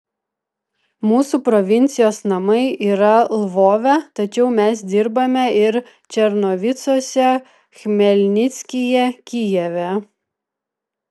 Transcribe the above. mūsų provincijos namai yra lvove tačiau mes dirbame ir černovicuose chmelnickyje kijeve